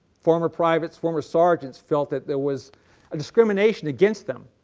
former privates, former sergeants, felt that there was a discrimination against them.